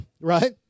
Right